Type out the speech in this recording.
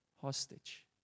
hostage